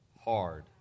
hard